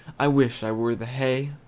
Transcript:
i wish i were the hay!